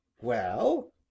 Well